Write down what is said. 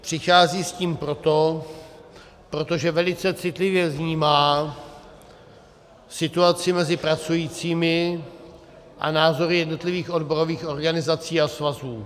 Přichází s tím proto, protože velice citlivě vnímá situaci mezi pracujícími a názory jednotlivých odborových organizací a svazů.